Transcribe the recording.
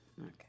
Okay